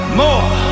more